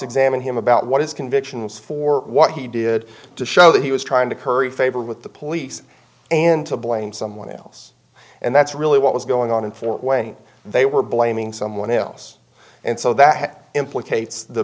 examine him about what his convictions for what he did to show that he was trying to curry favor with the police and to blame someone else and that's really what was going on in fort wayne they were blaming someone else and so that implicates the